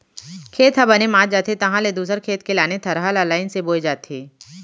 खेत ह बने मात जाथे तहाँ ले दूसर खेत के लाने थरहा ल लईन से बोए जाथे